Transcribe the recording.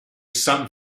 san